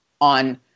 on